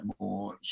more